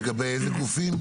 לגבי איזה גופים?